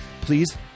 please